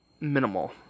minimal